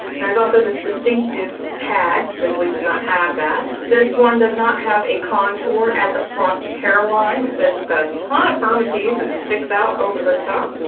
and there's also this distinctive tag. this wig does not have that. this one does not have a contour at the front hair line, it's just got a ton of permatease that sticks out over the top.